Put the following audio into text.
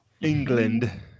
England